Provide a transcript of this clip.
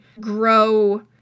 grow